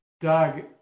Doug